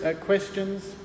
questions